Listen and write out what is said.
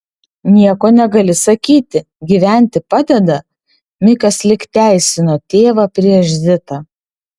nieko negali sakyti gyventi padeda mikas lyg teisino tėvą prieš zitą